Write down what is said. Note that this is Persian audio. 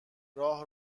راه